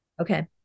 Okay